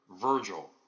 Virgil